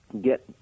get